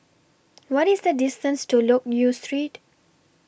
What IS The distance to Loke Yew Street